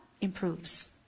improves